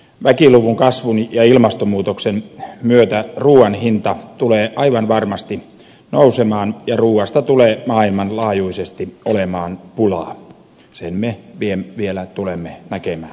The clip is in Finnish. väkiluvun kasvun ja ilmastonmuutoksen myötä ruuan hinta tulee aivan varmasti nousemaan ja ruuasta tulee maailmanlaajuisesti olemaan pulaa sen me vielä tulemme näkemään